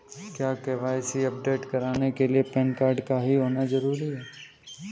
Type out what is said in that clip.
क्या KYC update कराने के लिए पैन कार्ड का ही होना जरूरी है?